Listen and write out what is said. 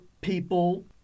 people